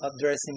addressing